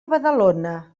badalona